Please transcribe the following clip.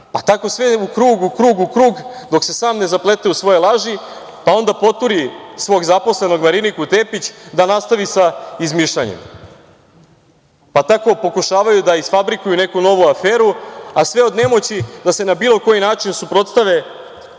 pa tako sve u krug, u krug, u krug, dok se sam ne zaplete u svoje laži, pa onda poturi svog zaposlenog Mariniku Tepić da nastavi sa izmišljanjem, pa tako pokušavaju da isfabrikuju neku novu aferu, a sve od nemoći da se na bilo koji način suprotstave